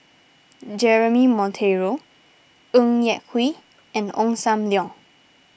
Jeremy Monteiro Ng Yak Whee and Ong Sam Leong